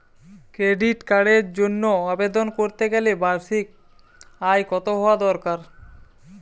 Credit কার্ডের জন্য আবেদন করতে গেলে বার্ষিক আয় কত হওয়া দরকার?